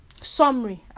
summary